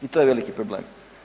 I to je veliki problem.